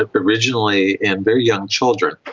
ah originally in very young children.